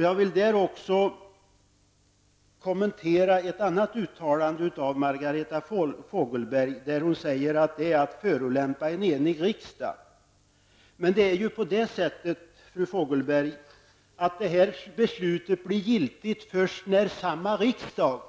Jag vill också kommentera ett annat uttalande av Margareta Fogelberg där hon säger att det är att förolämpa en enig riksdag. Det är ju så, fru Fogelberg, att detta beslut blir giltigt först när samma riksdag